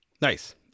Nice